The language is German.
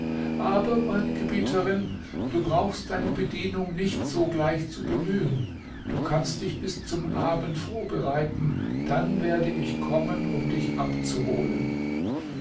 aber meine gebieterin du brauchst deine bedienung nicht sogleich zu bemühen du kannst dich bis zum abend vorbereiten dann werde ich kommen um dich abzuholen